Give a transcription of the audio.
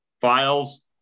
Files